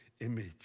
image